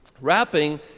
Wrapping